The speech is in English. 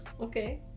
Okay